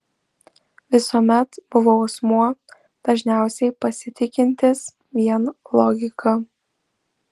visuomet buvau asmuo dažniausiai pasitikintis vien logika